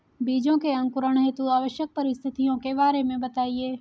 बीजों के अंकुरण हेतु आवश्यक परिस्थितियों के बारे में बताइए